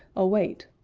await,